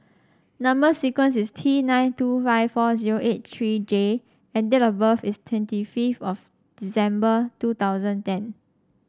number sequence is T nine two five four zero eight three J and date of birth is twenty fifth of December two thousand ten